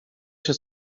się